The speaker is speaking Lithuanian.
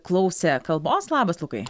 klausė kalbos labas lukai